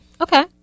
okay